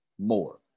More